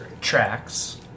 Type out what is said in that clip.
tracks